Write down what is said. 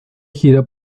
gira